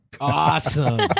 Awesome